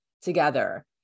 together